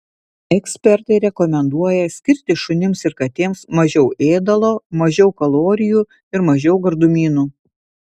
ekspertai rekomenduoja skirti šunims ir katėms mažiau ėdalo mažiau kalorijų ir mažiau gardumynų